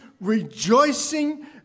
rejoicing